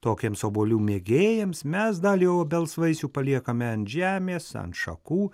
tokiems obuolių mėgėjams mes dalį obels vaisių paliekame ant žemės ant šakų